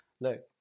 Look